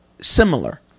similar